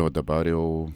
o dabar jau